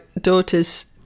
daughter's